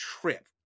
trip